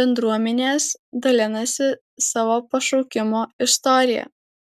bendruomenės dalinasi savo pašaukimo istorija